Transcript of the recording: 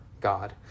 God